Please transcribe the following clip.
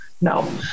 no